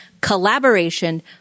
collaboration